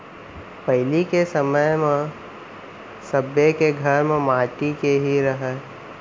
पहिली के समय म सब्बे के घर ह माटी के ही रहय